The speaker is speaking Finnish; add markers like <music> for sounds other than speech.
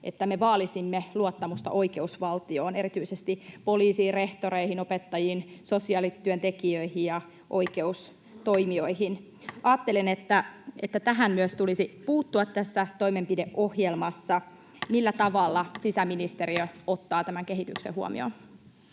että me vaalisimme luottamusta oikeusvaltioon — erityisesti poliisiin, rehtoreihin, opettajiin, sosiaalityöntekijöihin ja oikeustoimijoihin. <noise> Ajattelen, että tähän tulisi myös puuttua tässä toimenpideohjelmassa. <noise> Millä tavalla sisäministeriö ottaa tämän kehityksen huomioon?